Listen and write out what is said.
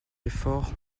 efforts